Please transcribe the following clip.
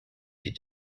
die